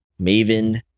Maven